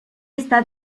está